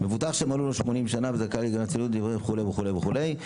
מבוטח שמלאו לו שמונים שנה וזכאי לגמלת סיעוד וכולי וכולי וכולי,